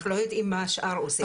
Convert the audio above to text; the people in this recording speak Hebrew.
אנחנו לא יודעים מה השאר עושים.